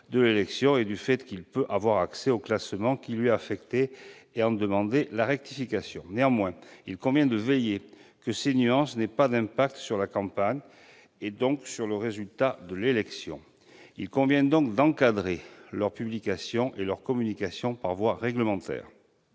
de l'élection et du fait qu'il peut avoir accès au classement qui lui est affecté et en demander la rectification. Néanmoins, il convient de veiller à ce que ces nuances n'aient pas d'impact sur la campagne, et donc sur le résultat de l'élection. Il convient, par conséquent, d'encadrer leur publication et leur communication par voie réglementaire.